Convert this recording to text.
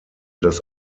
das